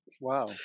wow